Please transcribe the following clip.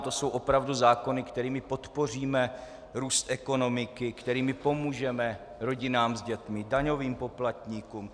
To jsou opravdu zákony, kterými podpoříme růst ekonomiky, kterými pomůžeme rodinám s dětmi, daňovým poplatníkům?